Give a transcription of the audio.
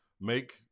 make